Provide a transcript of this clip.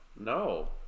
No